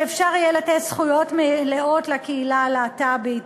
שיהיה אפשר לתת זכויות מלאות לקהילה הלהט"בית,